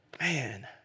Man